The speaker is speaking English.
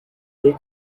they